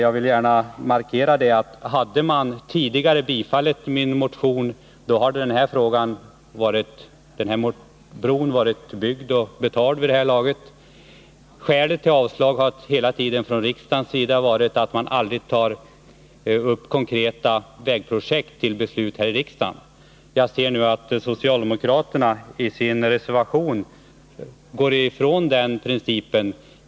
Jag vill gärna markera att om man tidigare bifallit min motion hade den här bron varit byggd och betald vid det här laget. Skälet till avslag har hela tiden från riksdagens sida varit att man aldrig tar upp konkreta vägprojekt till beslut. Jag ser nu att socialdemokraterna i sin reservation går ifrån den principen.